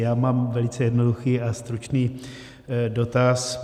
Já mám velice jednoduchý a stručný dotaz.